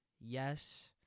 yes